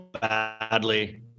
badly